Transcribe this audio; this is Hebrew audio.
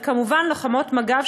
וכמובן לוחמות מג"ב,